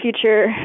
future